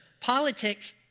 Politics